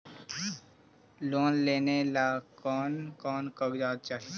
Loan लेने ला कोन कोन कागजात चाही?